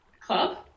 club